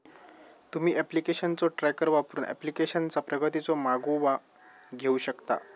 तुम्ही ऍप्लिकेशनचो ट्रॅकर वापरून ऍप्लिकेशनचा प्रगतीचो मागोवा घेऊ शकता